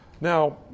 Now